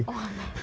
!walao!